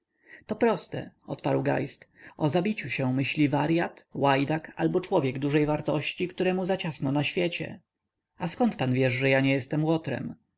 to proste odparł geist o zabiciu się myśli waryat łajdak albo człowiek dużej wartości któremu zaciasno na świecie a zkąd pan wiesz że ja nie jestem łotrem